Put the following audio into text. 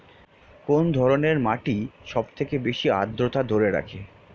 কোন ধরনের মাটি সবথেকে বেশি আদ্রতা ধরে রাখে?